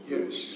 Yes